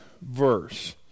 verse